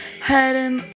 Heading